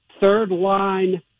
third-line